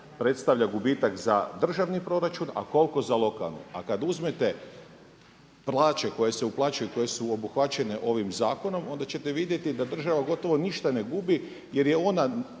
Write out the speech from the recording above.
predstavlja gubitak za državni proračun, a koliko za lokalni. Al kad uzmete plaće koje su uplaćuju koje su obuhvaćene ovim zakonom, onda ćete vidjeti da država gotovo ništa ne gubi jer je ona